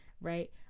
Right